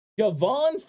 Javon